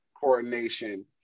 coordination